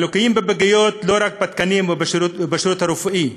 הליקויים בפגיות הם לא רק בתקנים ובשירות הרפואי,